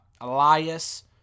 Elias